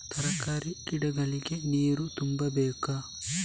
ತರಕಾರಿ ಗಿಡಗಳಿಗೆ ನೀರು ತುಂಬಬೇಕಾ?